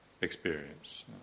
experience